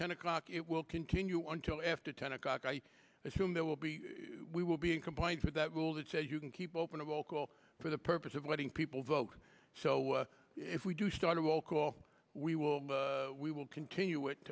ten o'clock it will continue on until after ten o'clock i assume there will be we will be in compliance with that rule that says you can keep open of all calls for the purpose of letting people vote so if we do start of all call we will we will continue it